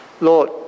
Lord